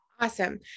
Awesome